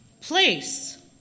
place